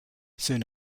soon